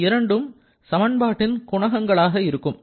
இந்த இரண்டும் சமன்பாட்டின் குணகங்களாக ஆக இருக்கும்